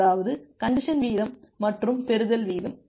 அதாவது கஞ்ஜசன் வீதம் மற்றும் பெறுதல் வீதம்